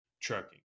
trucking